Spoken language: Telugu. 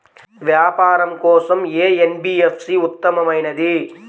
వ్యాపారం కోసం ఏ ఎన్.బీ.ఎఫ్.సి ఉత్తమమైనది?